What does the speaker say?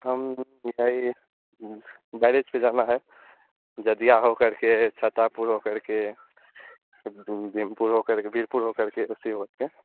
हम यही बैरेज़ पर जाना है जदिया हो करके छातापुर हो करके बीरपुर हो करके बीरपुर हो करके उसी होकर